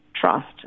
trust